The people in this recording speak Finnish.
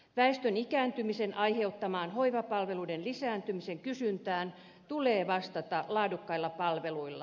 väestön ikääntymisen aiheuttamaan hoivapalveluiden kysynnän lisääntymiseen tulee vastata laadukkailla palveluilla